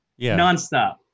nonstop